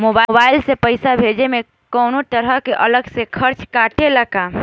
Mobile से पैसा भेजे मे कौनों तरह के अलग से चार्ज कटेला का?